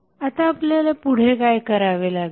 आता आपल्याला पुढे काय करावे लागेल